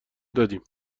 دادیم